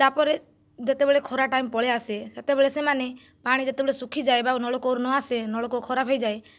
ତା'ପରେ ଯେତେବେଳେ ଖରା ଟାଇମ୍ ପଳାଇ ଆସେ ସେତେବେଳେ ସେମାନେ ପାଣି ଯେତେବେଳେ ଶୁଖିଯାଏ ବା ନଳକୂଅ ନ ଆସେ ବା ନଳକୂଅ ଖରାପ ହୋଇଯାଏ